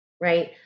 Right